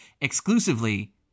exclusively